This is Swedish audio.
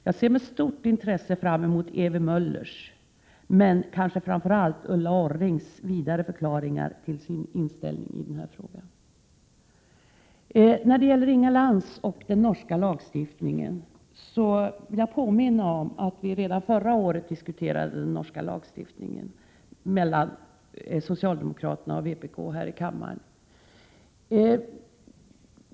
Jag ser med stort intresse fram emot Ewy Möllers, men kanske framför allt mot Ulla Orrings vidare förklaringar till sin inställning i denna fråga. Jag vill påminna Inga Lantz, som berörde den norska lagstiftningen, om att socialdemokraterna och vpk redan förra året diskuterade den norska lagstiftningen här i kammaren.